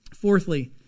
Fourthly